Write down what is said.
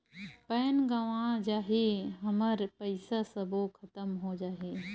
Pan गंवा जाही हमर पईसा सबो खतम हो जाही?